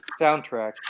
soundtrack